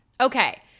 Okay